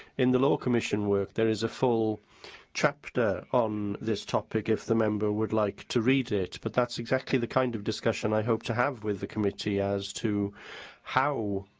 in the law commission work, there is a full chapter on this topic, if the member would like to read it. but that's exactly the kind of discussion that i hope to have with the committee as to how